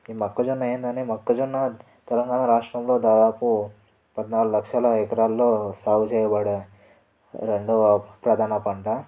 ఈ మొక్కజొన్న ఏంటనే మొక్కజొన్న తెలంగాణ రాష్ట్రంలో దాదాపు పద్నాలుగు లక్షల ఎకరాల్లో సాగు చేయబడ రెండవ ప్రధాన పంట